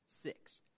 six